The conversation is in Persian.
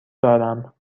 دارم